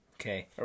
Okay